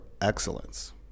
excellence